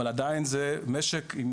אבל עדיין זה משק עם